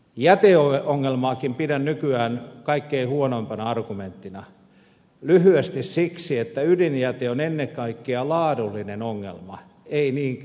jäteongelmaakin pidän nykyään kaikkein huonoimpana argumenttina lyhyesti siksi että ydinjäte on ennen kaikkea laadullinen ongelma ei niinkään määrällinen